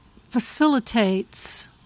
facilitates